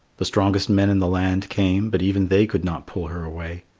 the strongest men in the land came, but even they could not pull her away.